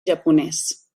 japonès